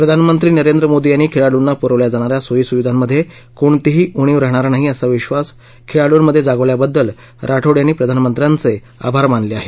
प्रधानमंत्री नरेंद्र मोदी यांनी खेळाडूंना प्रवल्या जाणा या सोयीसुविधांमध्ये कोणतीही उणीव राहणार नाही असा विश्वास खेळाडूंमध्ये जागवल्याबद्दल राठोड यांनी प्रधानमंत्र्यांचे आभार मानले आहेत